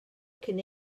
cyn